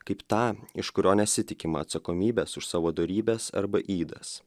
kaip tą iš kurio nesitikima atsakomybės už savo dorybes arba ydas